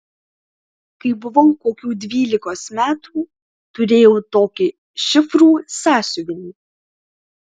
kai buvau kokių dvylikos metų turėjau tokį šifrų sąsiuvinį